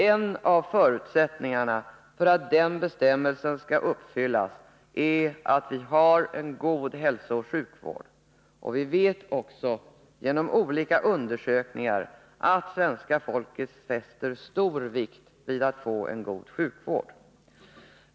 En av förutsättningarna för att den bestämmelsen skall uppfyllas är att vi har en god hälsooch sjukvård, och vi vet också genom olika undersökningar att svenska folket fäster stor vikt vid att få en god sjukvård.